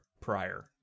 prior